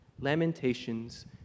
Lamentations